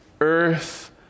earth